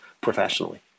professionally